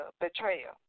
betrayal